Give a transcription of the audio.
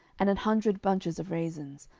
and an hundred bunches of raisins,